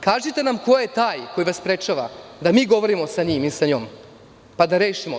Kažite nam ko je taj koji vas sprečava da mi govorimo sa njim i sa njom, pa da rešimo.